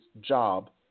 job